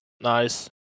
Nice